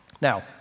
Now